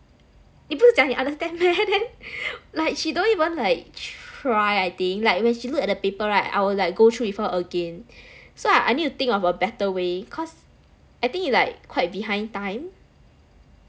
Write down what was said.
你不是讲你 understand meh then like she don't even like try I think like when she look at the paper right I will like go through with her again so I I need to think of a better way cause I think is like quite behind time